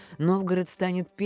novgorod, so